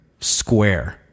square